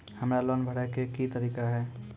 हमरा लोन भरे के की तरीका है?